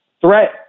threat